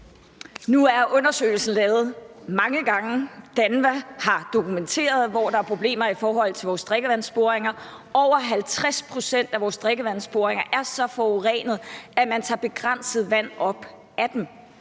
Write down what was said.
Nu er undersøgelsen lavet mange gange. DANVA har dokumenteret, hvor der er problemer i forhold til vores drikkevandsboringer. Over 50 pct. af vores drikkevandsboringer er så forurenede, at man tager begrænsede mængder vand op af dem.